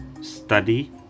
study